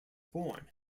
born